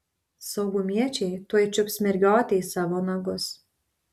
saugumiečiai tuoj čiups mergiotę į savo nagus